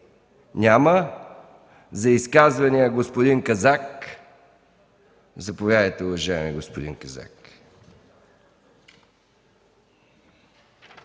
Няма. За изказване – господин Казак. Заповядайте, уважаеми господин Казак.